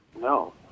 no